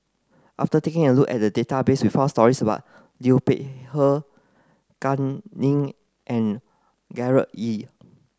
after taking a look at the database we found stories about Liu Peihe Kam Ning and Gerard Ee